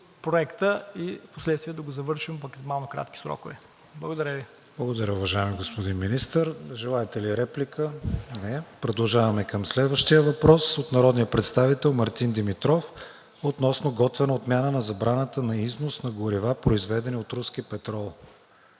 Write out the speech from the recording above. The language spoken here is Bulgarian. Проекта и впоследствие да го завършим в максимално кратки срокове. Благодаря Ви. ПРЕДСЕДАТЕЛ КРИСТИАН ВИГЕНИН: Благодаря, уважаеми господин Министър. Желаете ли реплика? Не. Продължаваме със следващия въпрос – от народния представител Мартин Димитров, относно готвена отмяна на забраната на износ на горива, произведени от руски петрол.